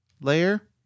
layer